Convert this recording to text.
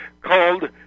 called